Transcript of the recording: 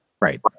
right